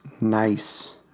Nice